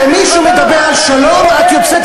וכשמישהו מדבר על שלום את יוצאת,